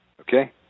okay